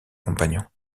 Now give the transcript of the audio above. compagnons